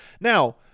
Now